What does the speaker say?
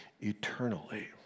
eternally